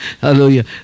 Hallelujah